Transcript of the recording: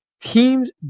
teams